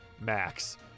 max